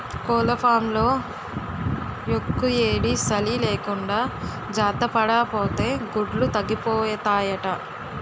కోళ్లఫాంలో యెక్కుయేడీ, సలీ లేకుండా జార్తపడాపోతే గుడ్లు తగ్గిపోతాయట